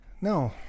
No